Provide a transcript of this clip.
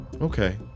Okay